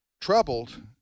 troubled